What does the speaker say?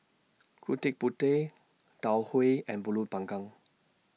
Gudeg Putih Tau Huay and Pulut Panggang